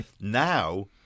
Now